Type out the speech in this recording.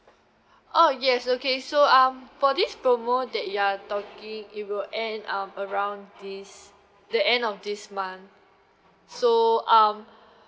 oh yes okay so um for this promo that you are talking it will end um around this the end of this month so um